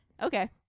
Okay